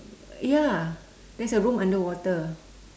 ya there's a room underwater